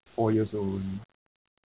four years old only